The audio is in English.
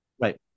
Right